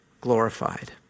glorified